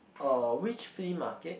uh which flea market